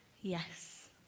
Yes